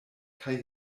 kaj